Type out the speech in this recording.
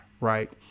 Right